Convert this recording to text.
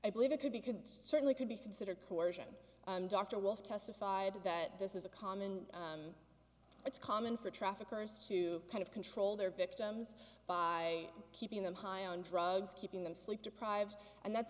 i believe it could be could certainly could be considered coercion dr wolfe testified that this is a common it's common for traffickers to kind of control their victims by keeping them high on drugs keeping them sleep deprived and that's